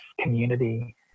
community